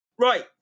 Right